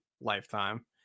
lifetime